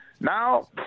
Now